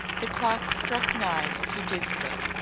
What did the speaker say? the clock struck nine as he did so,